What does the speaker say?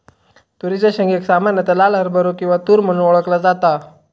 तुरीच्या शेंगेक सामान्यता लाल हरभरो किंवा तुर म्हणून ओळखला जाता